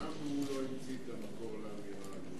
גם הוא לא המציא את המקור לאמירה הזאת.